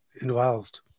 involved